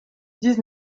dix